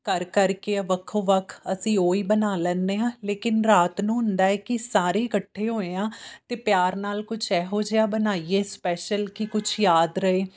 ਕਰ ਕਰਕੇ ਆ ਵੱਖੋ ਵੱਖ ਅਸੀਂ ਉਹ ਹੀ ਬਣਾ ਲੈਂਦੇ ਹਾਂ ਲੇਕਿਨ ਰਾਤ ਨੂੰ ਹੁੰਦਾ ਆ ਕਿ ਸਾਰੇ ਇਕੱਠੇ ਹੋਏ ਹਾਂ ਅਤੇ ਪਿਆਰ ਨਾਲ ਕੁਛ ਇਹੋ ਜਿਹਾ ਬਣਾਈਏ ਸਪੈਸ਼ਲ ਕਿ ਕੁਛ ਯਾਦ ਰਹੇ